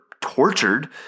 tortured